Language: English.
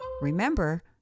Remember